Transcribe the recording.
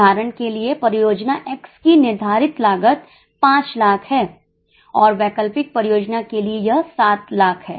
उदाहरण के लिए परियोजना X की निर्धारित लागत 500000 है और वैकल्पिक परियोजना के लिए यह 700000 है